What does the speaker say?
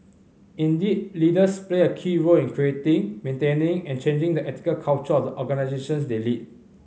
indeed leaders play a key role in creating maintaining and changing the ethical culture of the organisations they lead